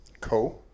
co